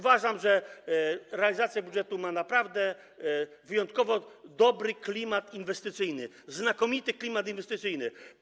Uważam, że realizacja budżetu ma naprawdę wyjątkowo dobry klimat inwestycyjny, znakomity klimat inwestycyjny.